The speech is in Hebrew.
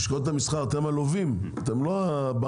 לשכות המסחר, אתם הלווים, אתם לא הבנקים.